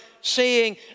seeing